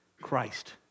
Christ